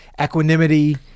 equanimity